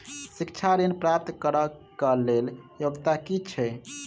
शिक्षा ऋण प्राप्त करऽ कऽ लेल योग्यता की छई?